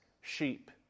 sheep